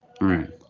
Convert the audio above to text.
Right